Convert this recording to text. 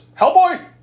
Hellboy